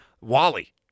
Wally